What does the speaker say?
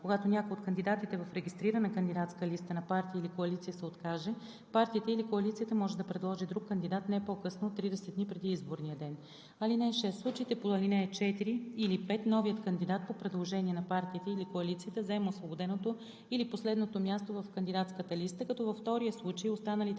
Когато някой от кандидатите в регистрирана кандидатска листа на партия или коалиция се откаже, партията или коалицията може да предложи друг кандидат не по-късно от 30 дни преди изборния ден. (6) В случаите по ал. 4 или 5 новият кандидат по предложение на партията или коалицията заема освободеното или последното място в кандидатската листа, като във втория случай останалите